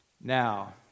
Now